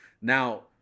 Now